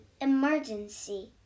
emergency